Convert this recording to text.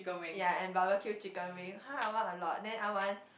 ya and barbecue chicken wing !huh! I want a lot then I want